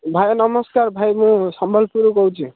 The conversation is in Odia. ଭାଇ ନମସ୍କାର ଭାଇ ମୁଁ ସମ୍ବଲପୁରରୁ କହୁଛି